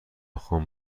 خان